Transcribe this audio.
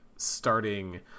starting